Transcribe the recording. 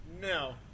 No